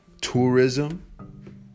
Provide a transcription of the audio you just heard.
tourism